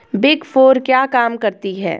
Big four क्या काम करती है?